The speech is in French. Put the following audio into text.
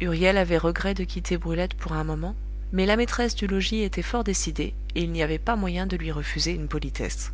huriel avait regret de quitter brulette pour un moment mais la maîtresse du logis était fort décidée et il n'y avait pas moyen de lui refuser une politesse